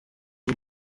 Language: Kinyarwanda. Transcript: y’u